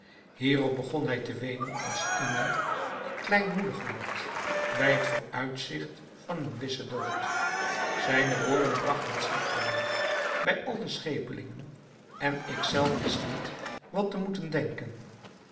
hierop begon hij te weenen als iemand die kleinmoedig wordt bij het vooruitzigt van een wissen dood zijne woorden bragten schrik te weeg bij al de scheepelingen en ik zelf wist niet wat te moeten denken